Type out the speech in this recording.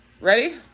Ready